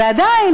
ועדיין,